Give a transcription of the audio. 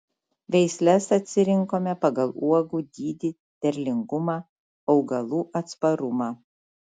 veisles atsirinkome pagal uogų dydį derlingumą augalų atsparumą